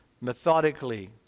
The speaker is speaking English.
methodically